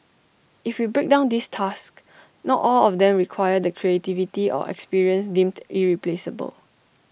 if we break down these tasks not all of them require the creativity or experience deemed irreplaceable